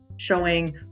showing